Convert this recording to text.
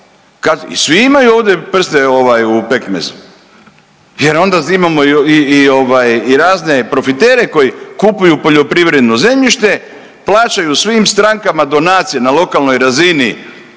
i svi imaju ovdje prste ovaj u pekmezu jer onda imamo i ovaj i razne profitere koji kupuju poljoprivredno zemljište, plaćaju svim strankama donacije na lokalnoj razini